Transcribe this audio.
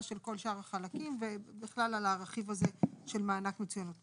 של כל שאר החלקים ובכלל על הרכיב הזה של מענק מצוינות.